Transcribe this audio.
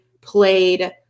played